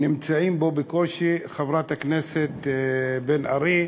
נמצאים בו בקושי חברת הכנסת בן ארי,